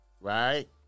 right